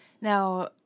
Now